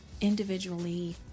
individually